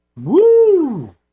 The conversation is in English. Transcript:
Woo